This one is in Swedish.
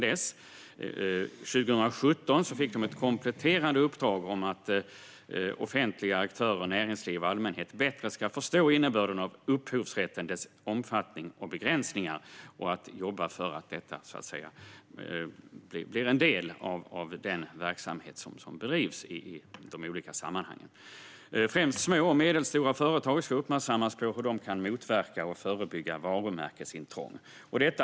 De fick 2017 ett kompletterande uppdrag som syftar till att offentliga aktörer, näringsliv och allmänhet bättre ska förstå innebörden av upphovsrätten och dess omfattning och begränsningar och till att detta ska bli en del av den verksamhet som bedrivs i olika sammanhang. Främst små och medelstora företag ska uppmärksammas på hur de kan motverka och förebygga varumärkesintrång.